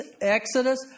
Exodus